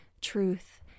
truth